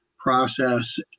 Process